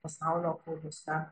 pasaulio kalbose